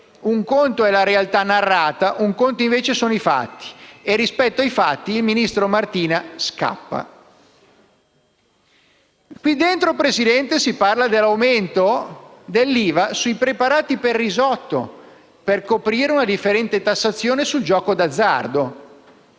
un conto è la realtà narrata, un altro invece sono i fatti, rispetto ai quali il ministro Martina scappa. Presidente, nel provvedimento si parla dell'aumento dell'IVA sui preparati per risotto e per coprire una differente tassazione sul gioco d'azzardo.